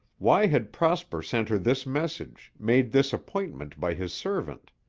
why had prosper sent her this message, made this appointment by his servant?